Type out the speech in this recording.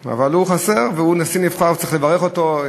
אבל הוא חסר והוא נשיא נבחר וצריך לברך אותו.